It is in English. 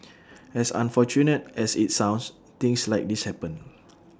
as unfortunate as IT sounds things like this happen